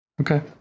Okay